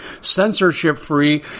censorship-free